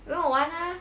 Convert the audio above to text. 没有完啊